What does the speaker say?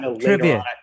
Trivia